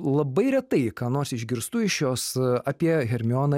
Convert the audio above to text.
labai retai ką nors išgirstu iš jos apie hermioną